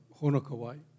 Honokawai